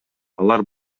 алар